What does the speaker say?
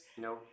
No